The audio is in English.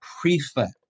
prefect